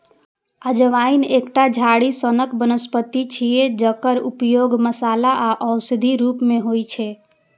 अजवाइन एकटा झाड़ी सनक वनस्पति छियै, जकर उपयोग मसाला आ औषधिक रूप मे होइ छै